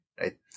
right